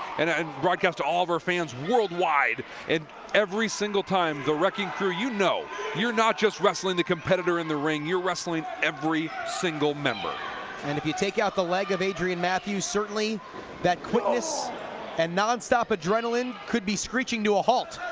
and. ah and broadcast to all of our fans worldwide and every single time the wrecking crew, you know your not just wrestling the competitor in the ring, your wrestling every single member. bc and if you take out the leg of adrian matthews, certainly that quickness and nonstop adrenaline could be screeching to a halt.